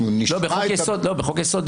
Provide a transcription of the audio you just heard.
לא, בחוק-יסוד.